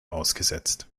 ausgesetzt